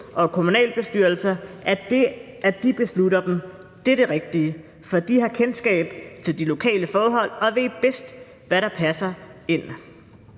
og kommunalbestyrelser beslutter dem, er det rigtige, for de har kendskab til de lokale forhold og ved bedst, hvad der passer ind.